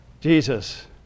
Jesus